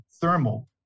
thermal